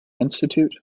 institute